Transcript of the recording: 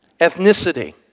ethnicity